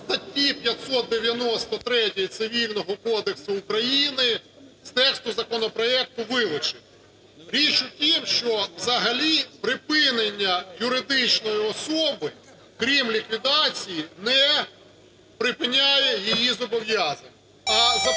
статті 593 Цивільного кодексу України з тексту законопроекту вилучити. Річ в тім, що взагалі припинення юридичної особи, крім ліквідації, не припиняє її зобов'язань.